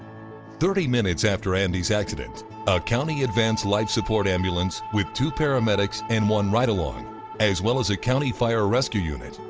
thirty minutes after andy's accident, a county advanced life support ambulance with two paramedics and one ride-along as well as a county fire rescue unit,